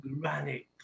granite